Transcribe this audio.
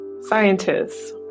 scientists